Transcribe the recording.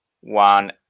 one